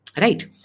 Right